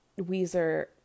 Weezer